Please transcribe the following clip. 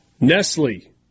Nestle